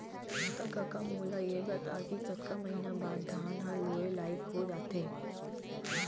त कका मोला ये बता कि कतका महिना बाद धान ह लुए लाइक हो जाथे?